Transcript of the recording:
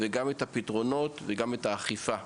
לייצר פתרונות ולהגביר אכיפה.